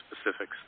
specifics